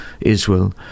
Israel